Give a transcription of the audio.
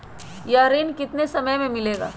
यह ऋण कितने समय मे मिलेगा?